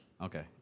Okay